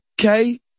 Okay